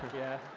yeah?